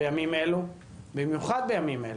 בימים אלה, במיוחד בימים אלה,